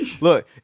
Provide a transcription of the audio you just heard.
look